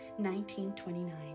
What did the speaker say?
1929